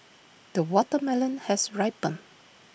the watermelon has ripened